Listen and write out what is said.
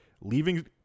leaving